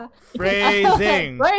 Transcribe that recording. Phrasing